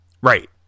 Right